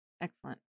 Excellent